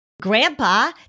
Grandpa